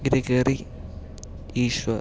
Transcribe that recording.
Gregory Easwar